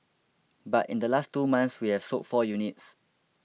but in the last two months we have sold four units